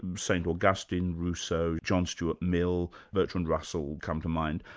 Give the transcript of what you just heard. st augustine, rousseau, john stuart mill, bertrand russell come to mind,